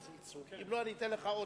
ביום שישי צפיתי בריאיון מאוד מעניין,